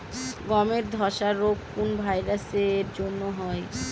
গমের ধসা রোগ কোন ভাইরাস এর জন্য হয়?